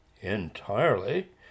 Entirely